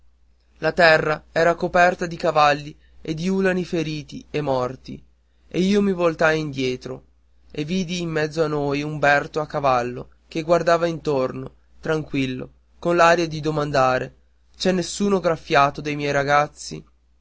la terra era coperta di cavalli e di ulani feriti e morti io mi voltai indietro e vidi in mezzo a noi umberto a cavallo che guardava intorno tranquillo con l'aria di domandare c'è nessuno graffiato dei miei ragazzi